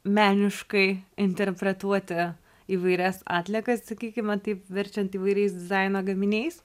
meniškai interpretuoti įvairias atliekas sakykime taip verčiant įvairiais dizaino gaminiais